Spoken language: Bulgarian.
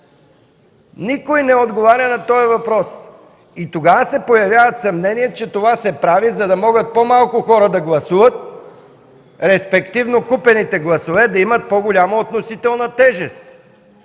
Никой не отговаря на този въпрос. Тогава се появяват съмнения, че това се прави, за да могат по-малко хора да гласуват, респективно купените гласове да имат по-голяма относителна тежест.